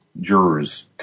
jurors